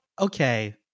okay